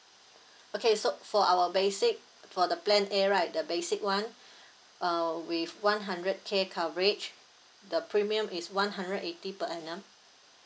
okay so for our basic for the plan A right the basic [one] uh with one hundred K coverage the premium is one hundred eighty per annum